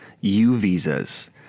U-Visas